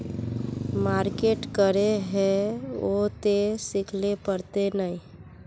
Market करे है उ ते सिखले पड़ते नय?